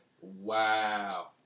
Wow